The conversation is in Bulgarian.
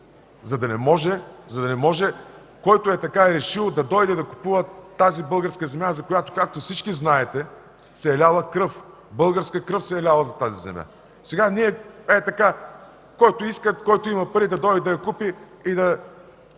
за да не може който ей така е решил, да дойде да купува тази българска земя, за която, както всички знаете, се е ляла кръв, българска кръв се е ляла за тази земя! Сега ние ей така – който иска, който има пари, да дойде да я купи и да